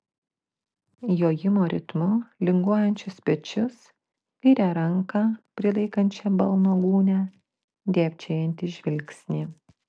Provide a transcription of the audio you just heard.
jojimo ritmu linguojančius pečius kairę ranką prilaikančią balno gūnią dėbčiojantį žvilgsnį